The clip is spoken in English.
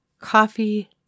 coffee